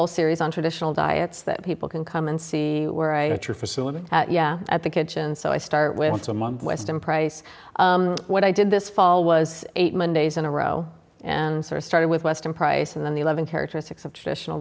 whole series on traditional diets that people can come and see where i go to facility at the kitchen so i start with someone weston price what i did this fall was eight mondays in a row and sort of started with western price and then the eleven characteristics of traditional